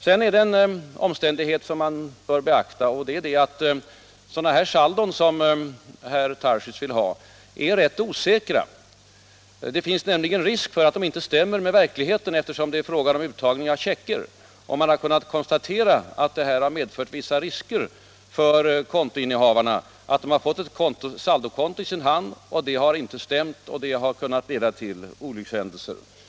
Sedan bör man beakta den omständigheten att sådana saldon som herr Tarschys vill ha är rätt osäkra. Det finns nämligen risk för att de inte stämmer med verkligheten, eftersom det ofta är fråga om uttagning av checkar. Man har kunnat konstatera att det medför vissa risker för kontoinnehavarna — de har fått ett saldobesked i sin hand som inte har stämt, och det har kunnat leda till beklagliga misstag.